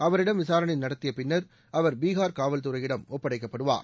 அவரிடம் விசாரணை நடத்தியப் பின்னர்அவர் பீகார் காவல்துறையிடம் ஒப்படைக்கப்படுவார்